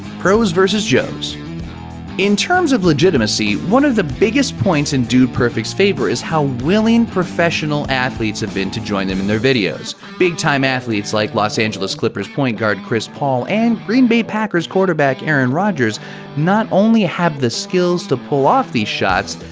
pros vs. joes in terms of legitimacy, one of the biggest points in dude perfect's favor is how willing professional athletes have been to join them in their videos. big time athletes like los angeles clippers point guard chris paul and green bay packers quarterback aaron rodgers not only have the skills to pull off these shots,